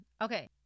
Okay